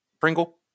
Pringle